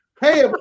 hey